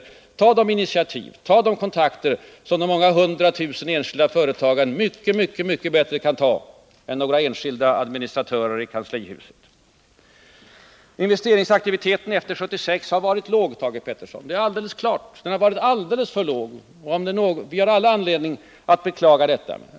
Låta dem ta de initiativ och de kontakter som de många hundratusen enskilda företagen mycket, mycket bättre kan ta än några enskilda administratörer i kanslihuset! Att investeringsaktiviteten efter 1976 har varit låg är alldeles klart, Thage Peterson. Den har varit alldeles för låg. Vi har all anledning att beklaga detta.